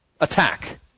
attack